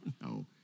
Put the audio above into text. No